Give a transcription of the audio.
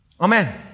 Amen